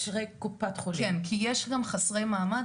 כי יש גם חסרי מעמד,